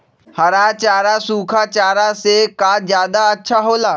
हरा चारा सूखा चारा से का ज्यादा अच्छा हो ला?